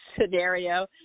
scenario